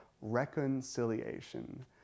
reconciliation